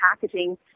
packaging